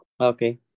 okay